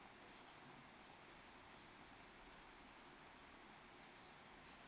uh